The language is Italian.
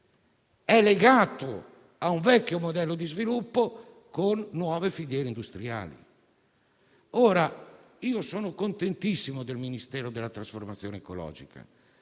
legato a un vecchio modello di sviluppo con nuove filiere industriali. Ora, io sono contentissimo del Ministero per la transizione ecologica,